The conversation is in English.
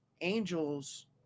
angels